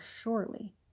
surely